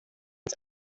uns